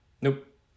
Nope